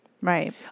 Right